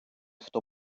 хто